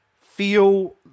feel